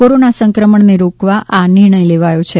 corona સંક્રમણને રોકવા આ નિર્ણય લેવાયો છે